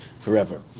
forever